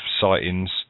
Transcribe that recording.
sightings